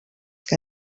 que